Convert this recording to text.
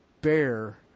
bear